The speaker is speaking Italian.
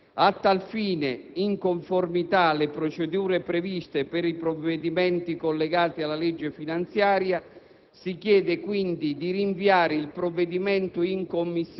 Tale iniziativa consentirà, peraltro, al Parlamento di partecipare in maniera diretta alla definizione della riforma.